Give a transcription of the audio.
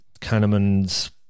Kahneman's